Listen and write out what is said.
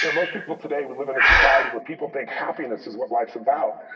and most people today we live in a society where people think happiness is what life's about,